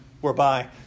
whereby